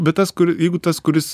bet tas kur jeigu tas kuris